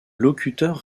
locuteur